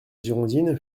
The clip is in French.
girondine